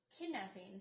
kidnapping